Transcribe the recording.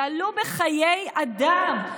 זה יעלה בחיי אדם,